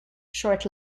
short